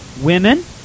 women